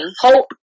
hope